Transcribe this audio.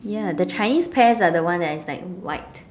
ya the Chinese pears are the one that is like white